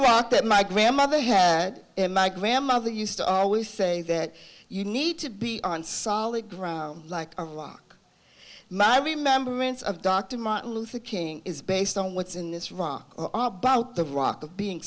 rock that my grandmother had and my grandmother used to always say that you need to be on solid ground like a rock my remembrance of dr martin luther king is based on what's in this wrong about the rock of being